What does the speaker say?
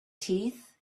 teeth